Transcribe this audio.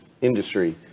industry